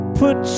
put